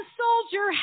soldier